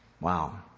Wow